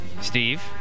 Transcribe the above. Steve